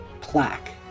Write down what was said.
plaque